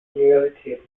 universitäten